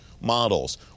models